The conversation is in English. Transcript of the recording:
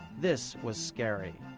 this was scary.